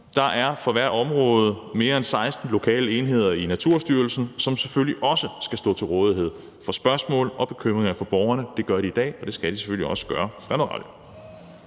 Der er for hvert område mere end 16 lokale enheder i Naturstyrelsen, som selvfølgelig også skal stå til rådighed for spørgsmål og bekymringer fra borgerne; det gør de i dag, og det skal de selvfølgelig også gøre fremadrettet.